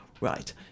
Right